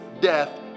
death